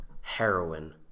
Heroin